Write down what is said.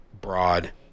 broad